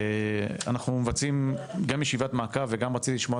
אנחנו מבצעים גם ישיבת מעקב וגם רציתי לשמוע